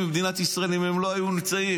במדינת ישראל אם הם לא היו נמצאים.